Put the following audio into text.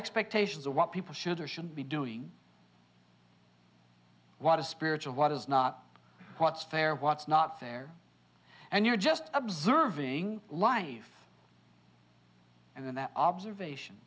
expectations of what people should or shouldn't be doing what is spiritual what is not what's fair what's not fair and you're just observing life and then that observation